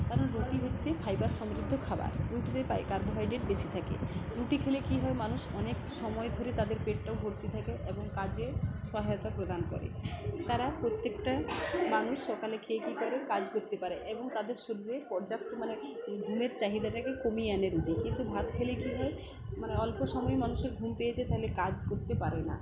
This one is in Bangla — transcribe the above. কারণ রুটি হচ্ছে ফাইবার সমৃদ্ধ খাবার রুটিতে পায় কার্বোহাইড্রেট বেশি থাকে রুটি খেলে কি হয় মানুষ অনেক সময় ধরে তাদের পেটটাও ভর্তি থাকে এবং কাজে সহায়তা প্রদান করে তারা প্রত্যেকটা মানুষ সকালে খেয়ে কে করে কাজ করতে পারে এবং তাদের শরীরে পর্যাপ্ত মানে ঘুমের চাহিদাটাকে কমিয়ে আনে রুটি কিন্তু ভাত খেলে কি হয় মানে অল্প সময় মানুষের ঘুম পেয়ে যায় তাহলে কাজ করতে পারে না